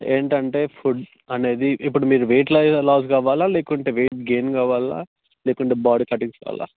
ఏంటంటే ఫుడ్ అనేది ఇప్పుడు మీరు వెయిట్ లా లాస్ కావాలా లేకుంటే వెయిట్ గెయిన్ కావాలా లేకుంటే బాడీ తగ్గించుకోవాలా